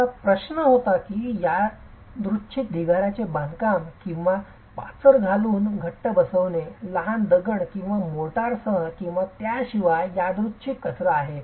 आपला प्रश्न असा होता की यादृच्छिक ढिगाराचे बांधकाम किंवा पाचर घालून घट्ट बसवणे लहान दगड किंवा मोर्टारसह किंवा त्याशिवाय यादृच्छिक कचरा आहे